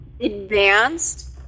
advanced